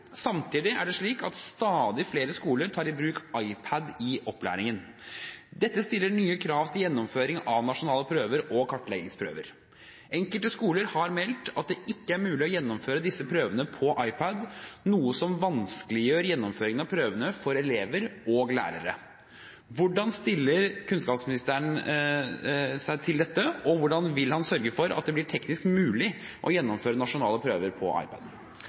Samtidig er det slik at stadig flere skoler tar i bruk iPad i opplæringen. Dette stiller nye krav til gjennomføringen av nasjonale prøver og kartleggingsprøver. Enkelte skoler har meldt at det ikke er mulig å gjennomføre disse prøvene på iPad, noe som vanskeliggjør gjennomføringen av prøvene for elever og lærere. Hvordan vil statsråden sørge for at det blir teknisk mulig å gjennomføre nasjonale prøver på